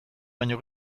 baino